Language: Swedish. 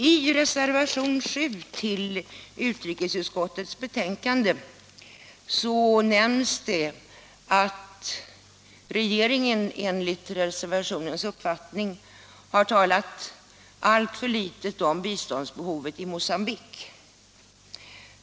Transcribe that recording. I reservationen 7 vid utrikesutskottets betänkande nämns att regeringen, enligt reservanternas uppfattning, har talat alltför litet om biståndsbehovet i Mocambique.